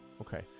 Okay